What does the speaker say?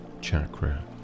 chakra